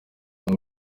ubu